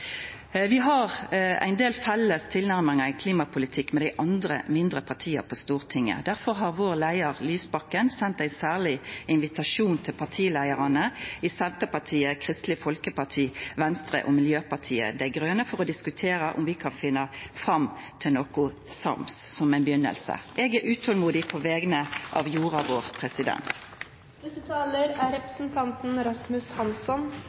Vi har ein del felles tilnærmingar i klimapolitikken med dei andre mindre partia på Stortinget. Difor har vår leiar, Lysbakken, sendt ein særleg invitasjon til partileiarane i Senterpartiet, Kristeleg Folkeparti, Venstre og Miljøpartiet Dei Grøne for å diskutera om vi kan finna fram til noko sams, som ei begynning. Eg er utolmodig på vegner av jorda vår.